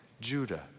Judah